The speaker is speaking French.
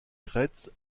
crêts